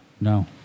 no